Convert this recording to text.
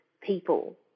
people